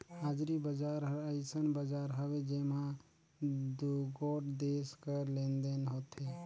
हाजरी बजार हर अइसन बजार हवे जेम्हां दुगोट देस कर लेन देन होथे